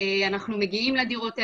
אנחנו מגיעים לדירות האלה,